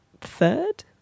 third